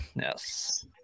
Yes